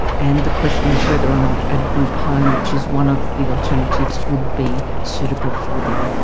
and the question is whether or not a group home, which is one of the alternatives, would be suitable for them.